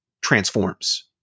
transforms